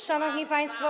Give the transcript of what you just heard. Szanowni Państwo!